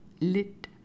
Lit